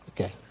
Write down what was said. Okay